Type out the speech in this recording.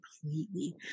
completely